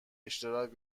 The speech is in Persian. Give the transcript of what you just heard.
اشتراک